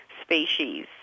species